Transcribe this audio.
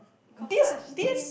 this this